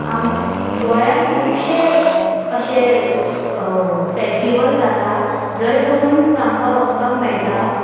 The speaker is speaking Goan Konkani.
आम गोंयान खुबशे अशे फेस्टिवल्स जाता जंय बसून तांकां वचपाक मेळटा